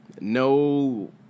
no